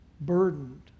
burdened